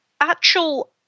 actual